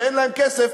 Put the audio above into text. שאין להם כסף,